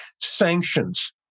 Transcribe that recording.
sanctions